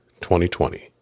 2020